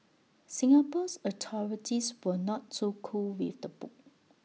Singapore's authorities were not too cool with the book